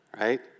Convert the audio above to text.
right